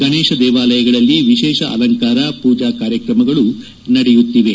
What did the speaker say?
ಗಣೇಶ ದೇವಾಲಯಗಳಲ್ಲಿ ವಿಶೇಷ ಅಲಂಕಾರ ಪೂಜಾ ಕಾರ್ಯಕ್ರಮಗಳು ನಡೆಯುತ್ತಿವೆ